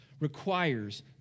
requires